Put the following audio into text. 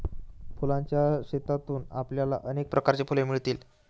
फुलांच्या शेतातून आपल्याला अनेक प्रकारची फुले मिळतील